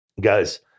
guys